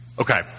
Okay